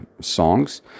songs